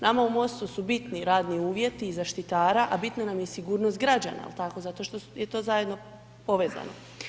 Nama u MOST-u su bitni radni uvjeti žaštitara a bitna nam je i sigurnost građana je li tako zato što je to zajedno povezano.